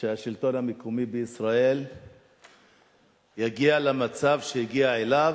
שהשלטון המקומי בישראל יגיע למצב שהגיע אליו,